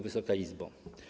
Wysoka Izbo!